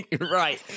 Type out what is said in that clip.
Right